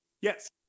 Yes